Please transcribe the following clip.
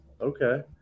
Okay